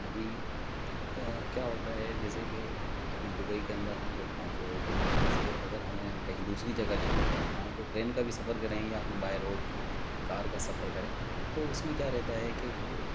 ابھی کیا ہوتا ہے جیسے کہ ابھی دبئی کے اندر ہم لوگ پہنچے تو وہاں سے اگر ہمیں کہیں دوسری جگہ جانا ہے جہاں سے ٹرین کا بھی سفر کریں یا ہم بائی روڈ کار کا سفر کریں تو اس میں کیا رہتا ہے کہ وہ